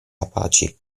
apache